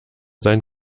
sein